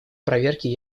проверке